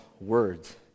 words